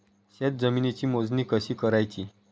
शेत जमिनीची मोजणी कशी करायची?